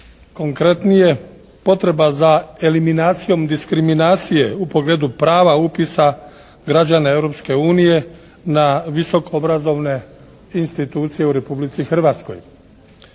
konkretnije potreba za eliminacijom diskriminacije u pogledu prava upisa građana Europske unije na visoko obrazovne institucije u Republici Hrvatskoj.